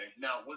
Now